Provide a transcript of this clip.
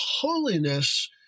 holiness